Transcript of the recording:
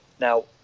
now